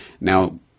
now